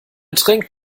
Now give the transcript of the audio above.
trinken